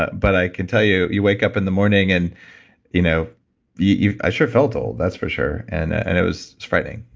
but but i can tell you, you wake up in the morning and you know i sure felt old, that's for sure, and and it was frightening.